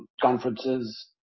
conferences